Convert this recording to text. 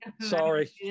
Sorry